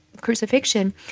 crucifixion